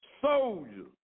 Soldiers